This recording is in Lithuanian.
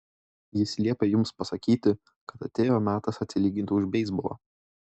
jis liepė jums pasakyti kad atėjo metas atsilyginti už beisbolą